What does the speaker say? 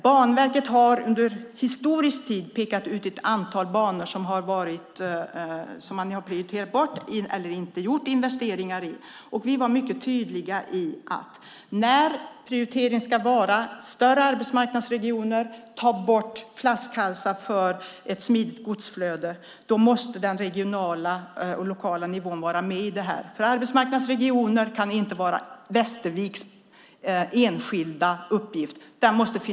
Banverket har under historisk tid pekat ut ett antal banor som man har valt bort eller inte gjort investeringar i. Vi var mycket tydliga med att när prioriteringen ska gälla större arbetsmarknadsregioner och att ta bort flaskhalsar för ett smidigt godsflöde måste den regionala och lokala nivån vara med. Arbetsmarknadens regioner kan inte vara Västerviks enskilda uppgift.